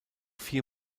vier